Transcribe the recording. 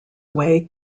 way